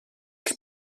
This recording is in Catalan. que